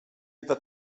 eta